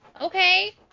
Okay